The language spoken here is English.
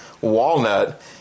walnut